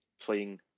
playing